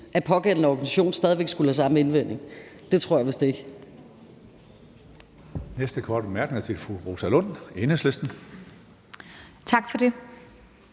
at pågældende organisation stadig væk skulle have samme indvending. Det tror jeg vist ikke.